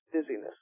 dizziness